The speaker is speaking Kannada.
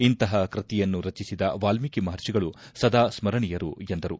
ಇಂತಹ ಕೃತಿಯನ್ನು ರಚಿಸಿದ ವಾಲ್ಮೀಕಿ ಮಹರ್ಷಿಗಳು ಸದಾ ಸ್ಮರಣೀಯರು ಎಂದರು